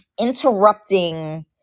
interrupting